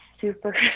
super